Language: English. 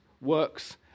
works